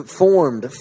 formed